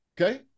okay